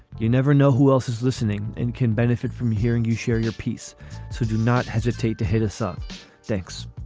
you never know who else is listening and can benefit from hearing you share your piece so do not hesitate to hit a song takes